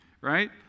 right